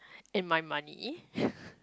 and my money